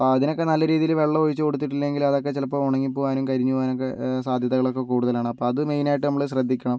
ആഹ് അതിനൊക്കെ നല്ല രീതിയിൽ വെള്ളം ഒഴിച്ചു കൊടുത്തിട്ടില്ലെങ്കിൽ അതൊക്കെ ചിലപ്പോൾ ഉണങ്ങിപ്പോവാനും കരിഞ്ഞു പോവാനൊക്കെ സാദ്ധ്യതകളൊക്കെ കൂടുതലാണ് അപ്പം അത് മെയിനായിട്ട് നമ്മൾ ശ്രദ്ധിക്കണം